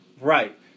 Right